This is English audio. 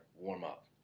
Warm-up